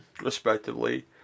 respectively